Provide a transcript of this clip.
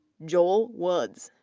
joel woods,